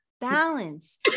balance